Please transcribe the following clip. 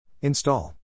Install